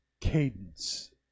cadence